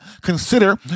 consider